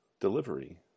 delivery